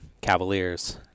Cavaliers